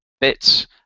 bits